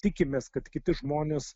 tikimės kad kiti žmonės